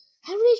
Harry